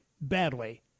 badly